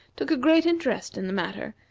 took a great interest in the matter,